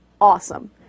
awesome